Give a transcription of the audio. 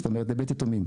זאת אומרת לבית יתומים.